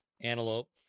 Antelope